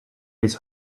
his